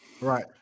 Right